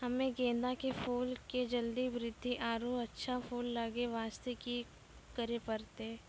हम्मे गेंदा के फूल के जल्दी बृद्धि आरु अच्छा फूल लगय वास्ते की करे परतै?